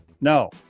No